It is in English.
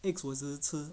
eggs 我只是吃